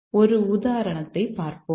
ஒரு உதாரணத்தைப் பார்ப்போம்